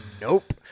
nope